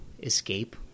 escape